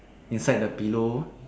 inside the pillow